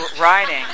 riding